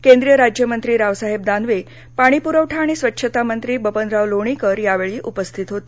केंद्रीय राज्यमंत्री रावसाहेब दानवे पाणीपूरवठा आणि स्वच्छता मंत्री बबनराव लोणीकर यावेळी उपस्थित होते